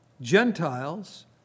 Gentiles